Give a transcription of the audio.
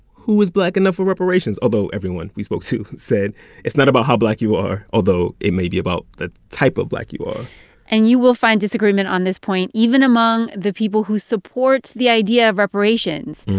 who is black enough for reparations, although everyone we spoke to said it's not about how black you are, although it may be about the type of black you are and you will find disagreement on this point even among the people who support the idea of reparations.